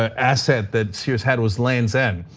ah asset that sears had was lands' end.